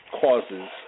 causes